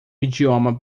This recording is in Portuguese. idioma